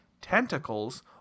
Tentacles